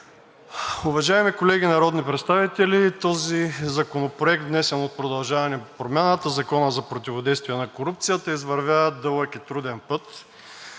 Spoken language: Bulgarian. Уважаеми колеги народни представители, този законопроект, внесен от „Продължаваме Промяната“ – Закон за противодействие на корупцията, извървя труден и